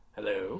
Hello